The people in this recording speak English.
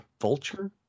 vulture